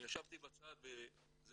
אני ישבתי בצד וזה